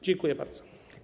Dziękuję bardzo.